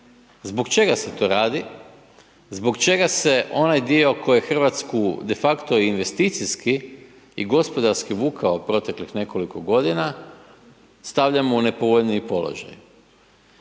zbog čega se to radi, zbog čega se onaj dio koji je Hrvatsku de facto investicijski i gospodarski vukao proteklih nekoliko godina, stavljamo u nepovoljniji položaj?